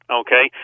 okay